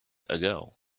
ago